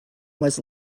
was